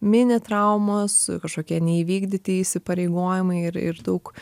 mini traumos kažkokie neįvykdyti įsipareigojimai ir ir daug